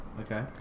Okay